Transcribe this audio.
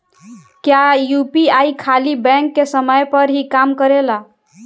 क्या यू.पी.आई खाली बैंक के समय पर ही काम करेला?